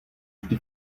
vždy